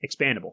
expandable